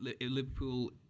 Liverpool